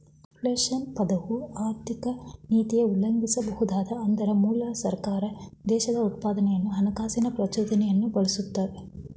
reflation ಪದವು ಆರ್ಥಿಕನೀತಿಯ ಉಲ್ಲೇಖಿಸಬಹುದು ಅದ್ರ ಮೂಲಕ ಸರ್ಕಾರ ದೇಶದ ಉತ್ಪಾದನೆಯನ್ನು ಹಣಕಾಸಿನ ಪ್ರಚೋದನೆಯನ್ನು ಬಳಸುತ್ತೆ